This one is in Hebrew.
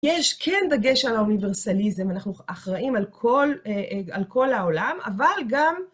יש כן דגש על האוניברסליזם, אנחנו אחראים על כל, אה... על כל העולם, אבל גם...